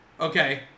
Okay